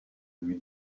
lui